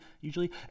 usually